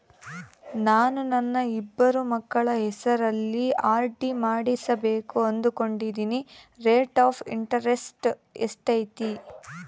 ನಾನು ನನ್ನ ಇಬ್ಬರು ಮಕ್ಕಳ ಹೆಸರಲ್ಲಿ ಆರ್.ಡಿ ಮಾಡಿಸಬೇಕು ಅನುಕೊಂಡಿನಿ ರೇಟ್ ಆಫ್ ಇಂಟರೆಸ್ಟ್ ಎಷ್ಟೈತಿ?